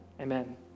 Amen